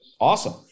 awesome